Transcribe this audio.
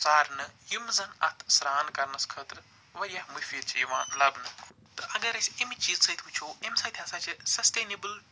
ژرانہٕ یِم زن اتھ سران کرنس خٲطرٕ وارِیاہ مُفید چھِ یوان لبنہٕ تہٕ اگر أسۍ ایٚمہِ چیٖزٕسۭتۍ وٕچھُو امہِ سۭتۍ ہسا چھِ سسٹنیٚبٕل